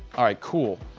all right, cool.